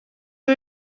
who